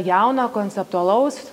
jauną konceptualaus